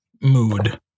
mood